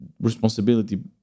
responsibility